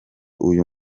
uyu